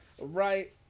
Right